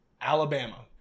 Alabama